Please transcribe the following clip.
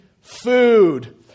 food